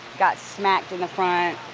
got smacked in the front,